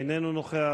אינו נוכח,